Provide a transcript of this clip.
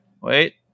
Wait